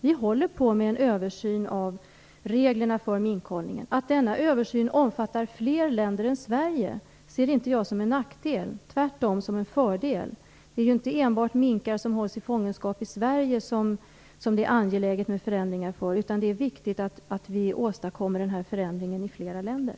Vi håller på med en översyn av reglerna för minkhållningen. Att denna översyn omfattar fler länder än Sverige ser inte jag som en nackdel, tvärtom som en fördel. Det är ju angeläget med förändringar inte enbart för minkar som hållas i fångenskap i Sverige, utan det är viktigt att vi åstadkommer den här förändringen i flera länder.